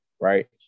right